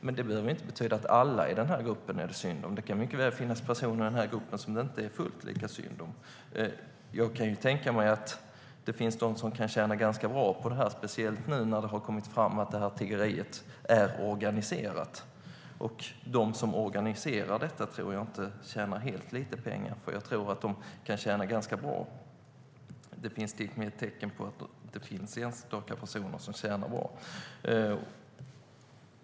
Men det behöver inte betyda att det är synd om alla i den gruppen. Det kan mycket väl finnas personer där som det inte är lika synd om. Jag kan tänka mig att det finns de som tjänar ganska bra på tiggeriet. Det har ju kommit fram nu att det är organiserat. Jag tror inte att de som organiserar detta tjänar lite pengar, utan jag tror att de kan tjäna ganska bra. Det finns tecken på att det finns enstaka personer som gör det.